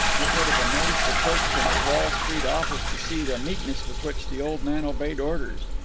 it would have amazed the clerks in his wall street office to see the meekness with which the old man obeyed orders.